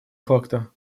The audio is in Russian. факта